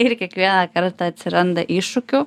ir kiekvieną kartą atsiranda iššūkių